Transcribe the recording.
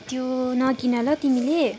त्यो नकिन ल तिमीले